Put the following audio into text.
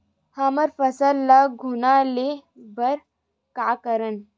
हमर फसल ल घुना ले बर का करन?